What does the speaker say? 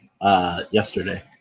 Yesterday